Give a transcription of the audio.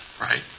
right